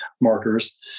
markers